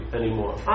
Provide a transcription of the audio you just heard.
anymore